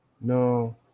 No